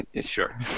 Sure